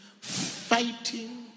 fighting